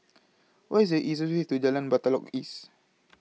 What IS The easiest Way to Jalan Batalong East